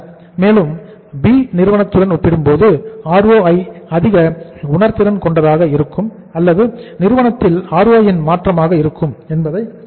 மேலும் B நிறுவனத்துடன் ஒப்பிடும்போது ROI அதிக உணர்திறன் கொண்டதாக இருக்கும் அல்லது நிறுவனத்தில் ROI ன் மாற்றமாக இருக்கும் என்பதை நாம் காணலாம்